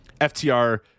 FTR